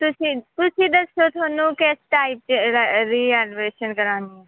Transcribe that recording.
ਤੁਸੀਂ ਤੁਸੀਂ ਦੱਸੋ ਤੁਹਾਨੂੰ ਕਿਸ ਟਾਈਪ ਰ ਰਿਅਨੋਵੇਸ਼ਨ ਕਰਵਾਉਣੀ ਹੈ